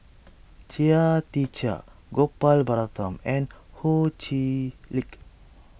Chia Tee Chiak Gopal Baratham and Ho Chee Lick